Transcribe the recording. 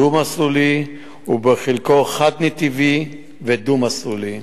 דו-מסלולי, ובחלקו חד-נתיבי ודו-מסלולי.